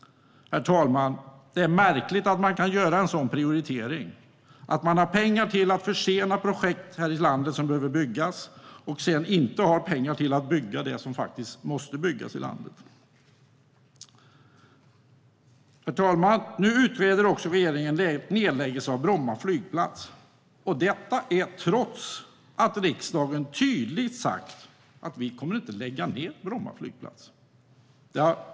Herr talman! Det är märkligt att man kan göra en sådan prioritering, att man har pengar till att försena projekt som behöver byggas och att man sedan inte har pengar till att bygga det som faktiskt måste byggas i landet. Herr talman! Nu utreder regeringen en nedläggning av Bromma flygplats. Detta görs trots att vi i riksdagen tydligt sagt att vi inte kommer att lägga ned Bromma flygplats.